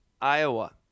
Iowa